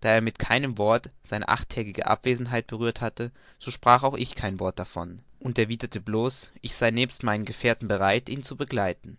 da er mit keinem wort seine achttägige abwesenheit berührt hatte so sprach ich auch kein wort davon und erwiderte blos ich sei nebst meinen gefährten bereit ihn zu begleiten